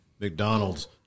McDonald's